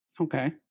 Okay